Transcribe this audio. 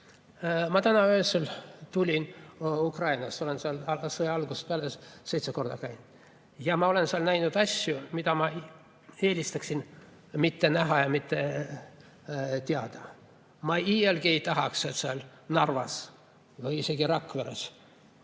täna öösel tulin Ukrainast. Olen seal sõja algusest peale seitse korda käinud ja ma olen seal näinud asju, mida ma eelistaksin mitte näha ja mitte teada. Ma iialgi ei tahaks, et Narvas või Rakveres